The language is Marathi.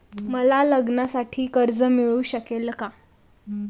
मला लग्नासाठी कर्ज मिळू शकेल का?